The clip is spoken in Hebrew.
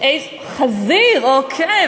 חזיר, אוקיי.